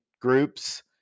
groups